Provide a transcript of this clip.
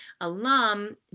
alum